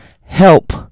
help